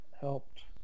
helped